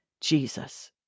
Jesus